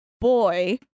boy